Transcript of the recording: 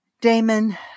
Damon